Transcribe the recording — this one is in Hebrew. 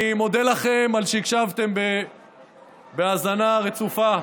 אני מודה לכם על שהקשבתם בהאזנה רצופה.